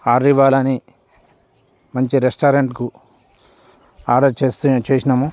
order ఇవ్వాలని మంచి రెస్టారెంట్కు ఆర్డర్ చేస్తూ చేసినాము